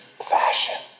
fashion